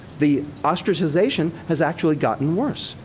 the ostracization has actually gotten worse.